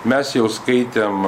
mes jau skaitėm